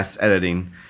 editing